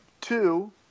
two